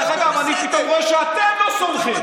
דרך אגב, אני פתאום רואה שאתם לא סומכים.